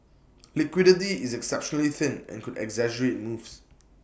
liquidity is exceptionally thin and could exaggerate moves